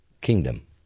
kingdom